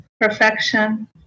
perfection